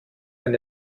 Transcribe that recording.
wenn